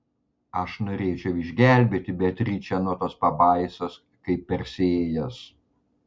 aš norėčiau išgelbėti beatričę nuo tos pabaisos kaip persėjas